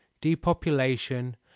depopulation